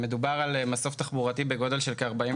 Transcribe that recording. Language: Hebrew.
מדובר על מסוף תחבורתי בגודל של כ-45